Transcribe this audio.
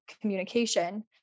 communication